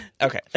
Okay